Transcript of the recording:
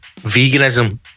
veganism